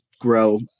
grow